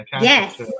Yes